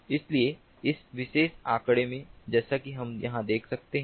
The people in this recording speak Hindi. इसलिए इस विशेष आंकड़े में जैसा कि हम यहां देख सकते हैं